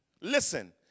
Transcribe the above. listen